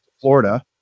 Florida